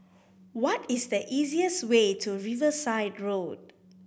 what is the easiest way to Riverside Road